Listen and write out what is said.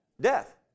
Death